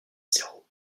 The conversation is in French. zéro